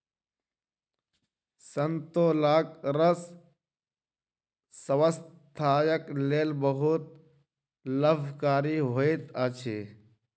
संतोलाक रस स्वास्थ्यक लेल बहुत लाभकारी होइत अछि